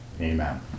amen